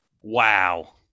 Wow